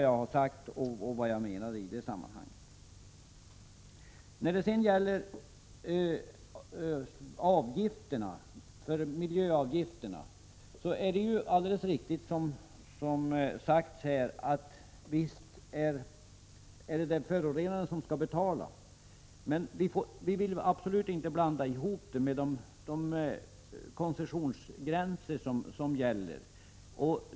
Förvisso skall förorenarna betala miljöavgifter. Men vi vill absolut inte blanda ihop den saken med de koncessionsgränser som gäller.